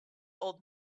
old